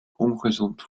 ongezond